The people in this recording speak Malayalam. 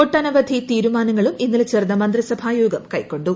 ഒട്ടനവധി തീരുമാനങ്ങളും ഇന്നലെ ചേർന്ന മന്ത്രിസഭായോഗം കൈക്കൊണ്ടു